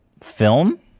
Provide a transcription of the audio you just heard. film